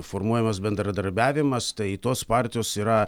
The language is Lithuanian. formuojamas bendradarbiavimas tai tos partijos yra